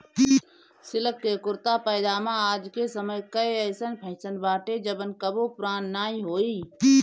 silk के कुरता पायजामा आज के समय कअ अइसन फैशन बाटे जवन कबो पुरान नाइ होई